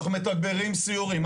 אנחנו מתגברים סיורים.